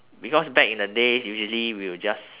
because back in the days usually we'll just